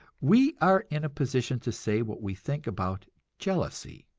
we are in position to say what we think about jealousy.